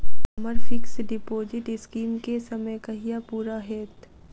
हम्मर fix deposit scheme केँ समय कहिया पूरा हैत?